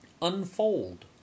Unfold